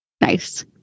Nice